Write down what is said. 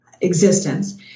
existence